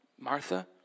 Martha